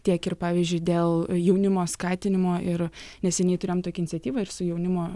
tiek ir pavyzdžiui dėl jaunimo skatinimo ir neseniai turėjom tokią iniciatyvą ir su jaunimo